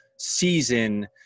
season